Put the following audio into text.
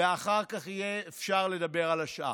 אחר כך יהיה אפשר לדבר על השאר.